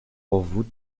powód